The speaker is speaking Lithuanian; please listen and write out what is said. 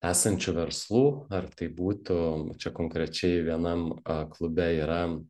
esančių verslų ar tai būtų čia konkrečiai vienam klube yra